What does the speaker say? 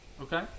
Okay